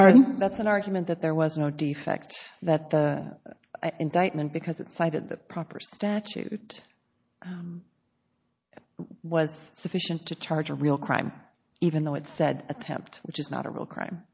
current that's an argument that there was no defect that the indictment because it cited the proper statute was sufficient to charge a real crime even though it said attempt which is not a real crime